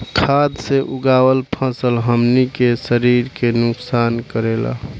खाद्य से उगावल फसल हमनी के शरीर के नुकसान करेला